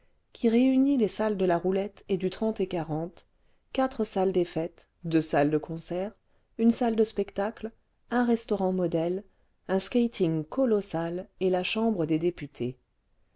qui réunit les salles de la roulette et du trente et quarante quatre salles des fêtes deux salles de concert une salle de spectacle un restaurant modèle un skating colossal et la chambre des députés